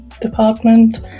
department